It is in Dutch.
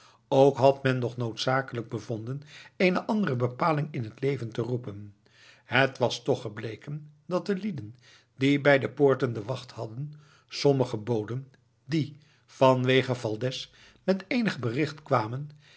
ook had men nog noodzakelijk bevonden eene andere bepaling in het leven te roepen het was toch gebleken dat de lieden die bij de poorten de wacht hadden sommige boden die vanwege valdez met eenig bericht kwamen